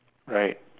right